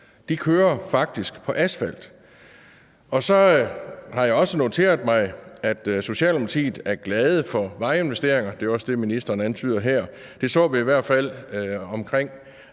kører på asfalt. Så har jeg også noteret mig, at Socialdemokratiet er glade for vejinvesteringer, og det er også det, ministeren antyder her. Det så vi i hvert fald i